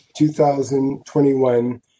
2021